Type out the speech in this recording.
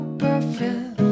perfect